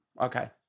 Okay